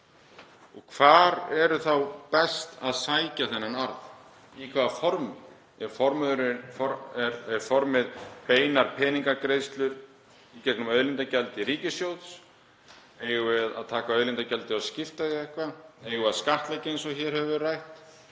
Og hvar er þá best að sækja þennan arð? Í hvaða formi? Er formið beinar peningagreiðslur í gegnum auðlindagjald til ríkissjóðs? Eigum við að taka auðlindagjaldið og skipta því eitthvað? Eigum við að skattleggja eins og hér hefur verið rætt?